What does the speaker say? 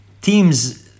teams